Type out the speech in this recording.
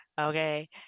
okay